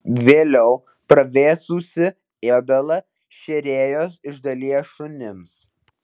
vėliau pravėsusį ėdalą šėrėjos išdalija šunims